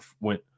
went